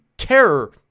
terror